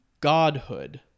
godhood